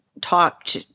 talked